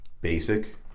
basic